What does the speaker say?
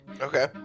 Okay